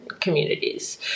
communities